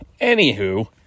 Anywho